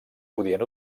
podien